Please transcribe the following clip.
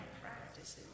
practices